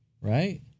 right